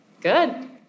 Good